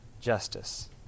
justice